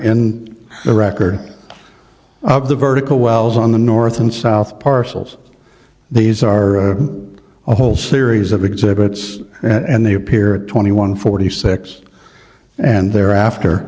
in the record of the vertical wells on the north and south parcels these are a whole series of exhibits and they appear at twenty one forty six and thereafter